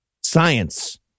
science